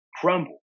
crumble